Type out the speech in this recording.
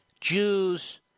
Jews